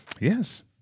Yes